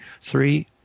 three